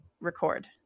record